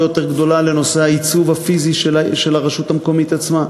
יותר גדולה לנושא העיצוב הפיזי של הרשות המקומית עצמה.